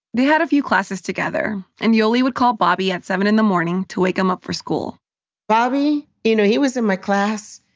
they had a few classes together. and yoli would call bobby at seven in the morning to wake him up for school bobby, you know, he was in my class.